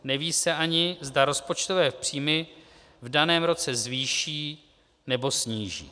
Neví se ani, zda rozpočtové příjmy v daném roce zvýší, nebo sníží.